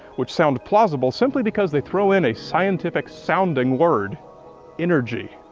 which sound plausible simply because they throw in a scientific sounding word energy.